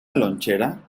lonchera